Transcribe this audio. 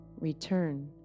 return